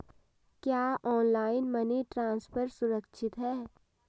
क्या online money transfer सुरक्षित है?